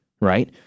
right